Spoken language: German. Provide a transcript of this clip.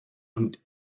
und